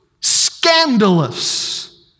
scandalous